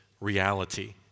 reality